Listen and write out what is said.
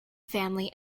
family